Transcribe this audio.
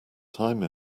time